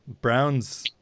Browns